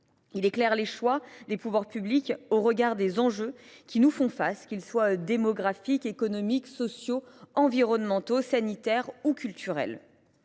Il éclaire les choix des pouvoirs publics au regard des enjeux qui nous font face, qu’ils soient démographiques, économiques, sociaux, environnementaux, sanitaires ou culturels.